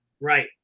Right